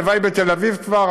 הלוואי בתל-אביב כבר,